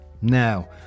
Now